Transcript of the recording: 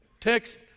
text